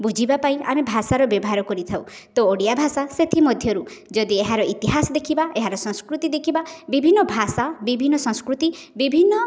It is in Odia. ବୁଝିବା ପାଇଁ ଆମେ ଭାଷାର ବ୍ୟବହାର କରିଥାଉ ତ ଓଡ଼ିଆ ଭାଷା ସେଥିମଧ୍ୟରୁ ଯଦି ଏହାର ଇତିହାସ ଦେଖିବା ଏହାର ସଂସ୍କୃତି ଦେଖିବା ବିଭିନ୍ନ ଭାଷା ବିଭିନ୍ନ ସଂସ୍କୃତି ବିଭିନ୍ନ